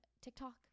TikTok